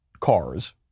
cars